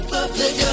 Public